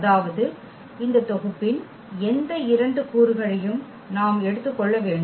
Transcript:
அதாவது இந்த தொகுப்பின் எந்த இரண்டு கூறுகளையும் நாம் எடுத்துக் கொள்ள வேண்டும்